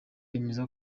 bemeza